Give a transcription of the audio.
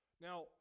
Now